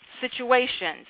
situations